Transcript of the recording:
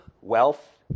wealth